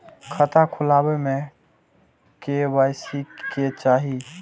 खाता खोला बे में के.वाई.सी के चाहि?